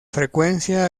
frecuencia